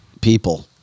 people